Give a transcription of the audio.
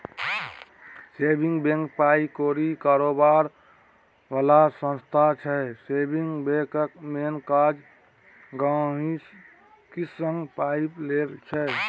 saving bank पाइ कौरी कारोबार बला संस्था छै सेबिंग बैंकक मेन काज गांहिकीसँ पाइ लेब छै